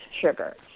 sugar